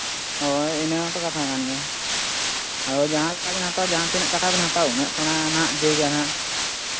ᱦᱳᱭ ᱤᱱᱟᱹ ᱦᱚᱸᱛᱚ ᱠᱟᱛᱷᱟ ᱠᱟᱱ ᱜᱮᱭᱟ ᱦᱳᱭᱡᱟᱦᱟᱸ ᱞᱮᱠᱟ ᱵᱤᱱ ᱦᱟᱛᱟᱣ ᱡᱟᱦᱟᱸ ᱛᱤᱱᱟᱹᱜ ᱠᱟᱴᱷᱟ ᱵᱤᱱ ᱦᱟᱛᱟᱣ ᱩᱱᱟᱹᱜ ᱥᱮᱬᱟ ᱱᱟᱦᱟᱜ ᱡᱟᱭᱜᱟ ᱱᱟᱜ